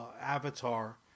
avatar